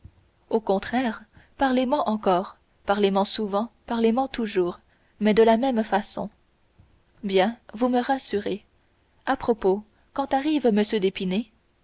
au contraire parlez men encore parlez men souvent parlez men toujours mais de la même façon bien vous me rassurez à propos quand arrive